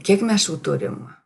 kiek mes jų turim